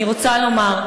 אני רוצה לומר,